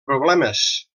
problemes